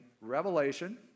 Revelation